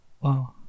Wow